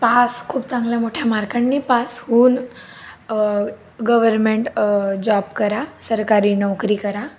पा स खूप चांगल्या मोठ्या मार्कांनी पास होऊन गव्हर्मेंट जॉब करा सरकारी नोकरी करा